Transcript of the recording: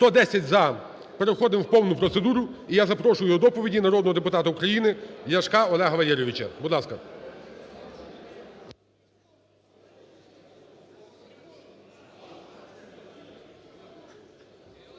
За-110 Переходимо в повну процедуру. І я запрошую до доповіді народного депутата України Ляшка Олега Валерійовича. Будь ласка.